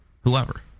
whoever